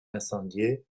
incendié